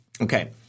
Okay